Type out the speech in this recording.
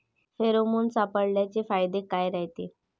Pheromone सापळ्याचे फायदे काय रायते?